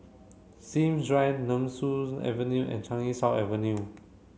Sims Drive Nemesu Avenue and Changi South Avenue